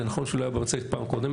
זה נכון שהוא לא היה במצגת בפעם קודמת.